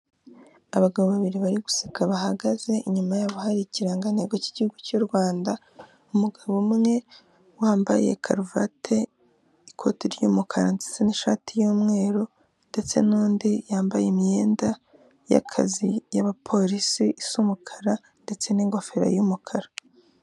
Abagabo babiri bari guseka bahagaze, inyuma yabo hari ikirangantego cy'igihugu cy'u Rwanda, umugabo umwe wambaye karuvati, ikoti ry'umukara ndetse n'ishati y'umweru ndetse n'undi yambaye imyenda y'akazi y'abapolisi isa umukara ndetse n'ingofero y'umukara.